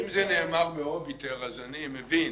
אם זה נאמר --- אז אני מבין.